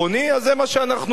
אז זה מה שאנחנו עושים,